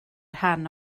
rhan